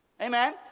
Amen